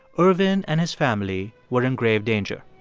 ervin and his family were in grave danger.